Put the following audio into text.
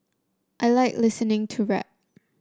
I like listening to rap